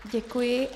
Děkuji.